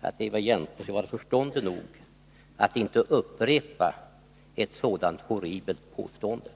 att Eva Hjelmström var förståndig nog att inte upprepa ett sådant horribelt påstående.